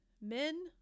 men